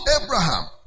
Abraham